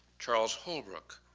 charles holbrook,